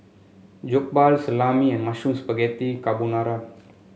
Jokbal Salami and Mushroom Spaghetti Carbonara